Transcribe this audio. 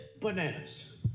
Bananas